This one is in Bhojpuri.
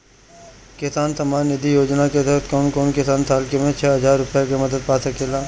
किसान सम्मान निधि योजना के तहत कउन कउन किसान साल में छह हजार रूपया के मदद पा सकेला?